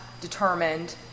determined